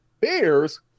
Bears